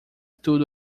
tudo